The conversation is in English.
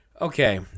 Okay